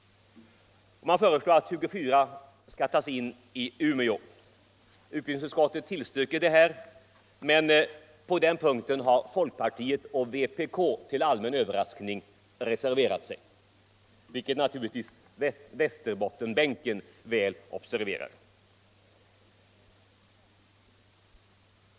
Man föreslår att 24 elever skall tas in i Umeå. Utbildningsutskottet tillstyrker förslaget, men på denna punkt har folkpartiet och vpk till allmän överraskning reserverat sig, vilket naturligtvis Västerbottensbänken väl observerar.